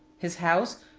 his house,